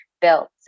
built